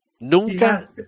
Nunca